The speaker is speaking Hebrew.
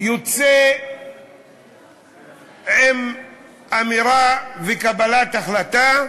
יוצא עם אמירה וקבלת החלטה: